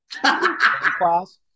class